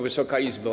Wysoka Izbo!